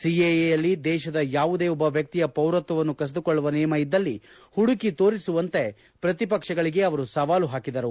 ಸಿಎಎಯಲ್ಲಿ ದೇಶದ ಯಾವುದೇ ಒಬ್ಬ ವ್ಯಕ್ತಿಯ ಪೌರತ್ವವನ್ನು ಕಸಿದುಕೊಳ್ಳುವ ನಿಯಮ ಇದ್ದಲ್ಲಿ ಹುಡುಕಿ ತೋರಿಸುವಂತೆ ಪ್ರತಿಪಕ್ಷಗಳಿಗೆ ಅವರು ಸವಾಲು ಹಾಕಿದರು